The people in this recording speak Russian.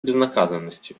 безнаказанностью